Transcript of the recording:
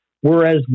Whereas